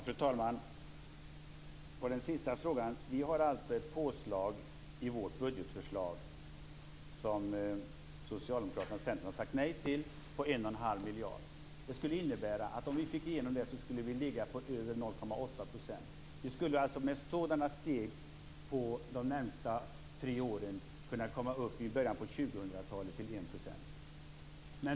Fru talman! Jag tar den sista frågan först. Vi har ett påslag i vårt budgetförslag, som Socialdemokraterna och Centern har sagt nej till, på 1 1⁄2 miljard.